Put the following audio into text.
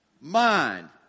Mind